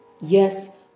Yes